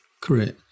Correct